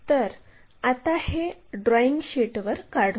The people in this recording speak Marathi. तर आता हे ड्रॉईंग शीटवर काढू